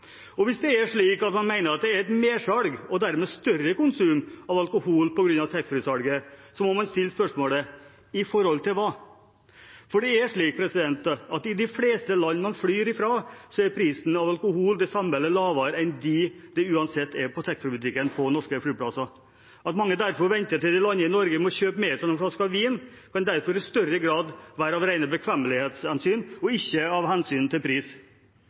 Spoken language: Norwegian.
Og hvis det er slik at man mener det er et mersalg og dermed større konsum av alkohol på grunn av taxfree-salget, må man stille spørsmålet: i forhold til hva? I de fleste land man flyr fra, er prisen på alkohol den samme eller lavere enn den uansett er på taxfree-butikken på norske flyplasser. At mange derfor venter til de lander i Norge med å kjøpe med seg noen flasker vin, kan derfor i større grad være av rene bekvemmelighetshensyn, ikke av hensyn til pris.